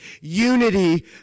unity